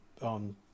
on